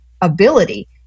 ability